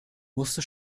musste